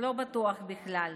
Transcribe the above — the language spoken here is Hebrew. לא בטוח בכלל.